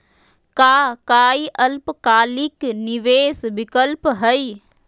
का काई अल्पकालिक निवेस विकल्प हई?